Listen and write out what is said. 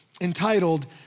entitled